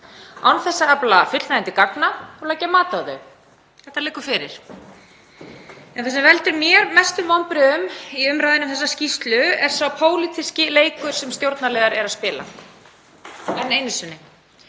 án þess að afla fullnægjandi gagna og leggja mat á þau. Þetta liggur fyrir. Það sem veldur mér mestum vonbrigðum í umræðunni um þessa skýrslu er sá pólitíski leikur sem stjórnarliðar eru að spila enn einu sinni.